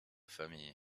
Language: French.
famille